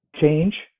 Change